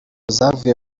zavuye